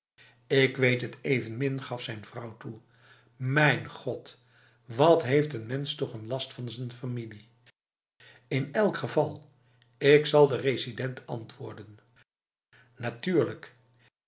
ik weet het evenmin gaf zijn vrouw toe mijn god wat heeft n mens toch n last van z'n familie in elk geval ik zal de resident antwoorden natuurlijk